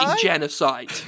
genocide